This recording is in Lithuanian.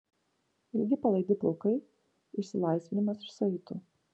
ilgi palaidi plaukai išsilaisvinimas iš saitų